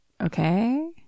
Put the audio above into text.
okay